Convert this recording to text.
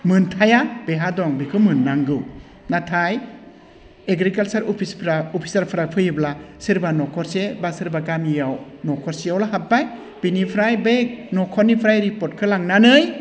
मोनथाइया बेहा दं बेखौ मोन्नांगौ नाथाय एग्रिकालसार अफिसफ्रा अफिसारफ्रा फैयोब्ला सोरबा नख'रसे बा सोरबा गामियाव नख'रसेआवल' हाबबाय बिनिफ्राय बे नख'रनिफ्राय रिपर्टखौ लांनानै